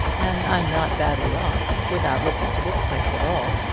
and i'm not badly off, without looking to this place at all,